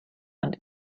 and